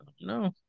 No